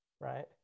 right